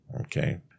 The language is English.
Okay